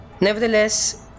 Nevertheless